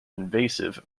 invasive